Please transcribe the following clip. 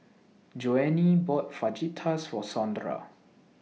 Joanie bought Fajitas For Sondra